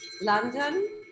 London